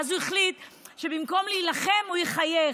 ואז הוא החליט שבמקום להילחם הוא יחייך.